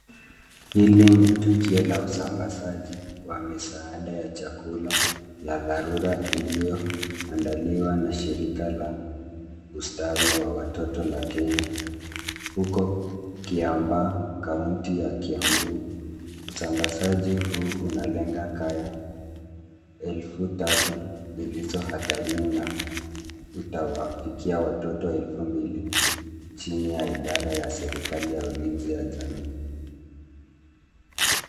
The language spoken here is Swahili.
Hili ni tukio la usambazaji wa misaada ya chakula ya dharura iliyoandaliwa na shirika la ustawi wa watoto la Kenya huko Kiambaa kaunti ya Kiambu. Usambazaji huu unalenga kaya elfu tatu zilizohatarini na utawafikia watoto elfu mbili chini ya idara ya serikali ya ulinzi ya jamii.